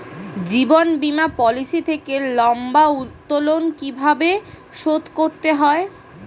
জীবন বীমা পলিসি থেকে লম্বা উত্তোলন কিভাবে শোধ করতে হয়?